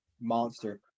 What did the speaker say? Monster